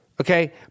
okay